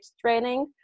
training